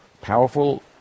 powerful